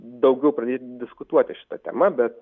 daugiau pradėti diskutuoti šita tema bet